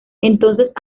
entonces